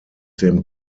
dem